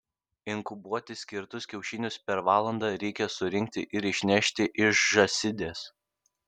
inkubuoti skirtus kiaušinius per valandą reikia surinkti ir išnešti iš žąsidės